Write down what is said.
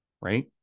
right